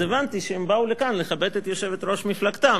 אז הבנתי שהם באו לכאן לכבד את יושבת-ראש מפלגתם.